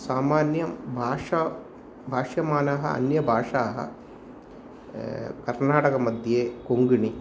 सामान्यंं भाषां भाष्यमाणाः अन्यभाषाः कर्नाटकमध्ये कोङ्कणि